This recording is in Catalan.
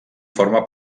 forma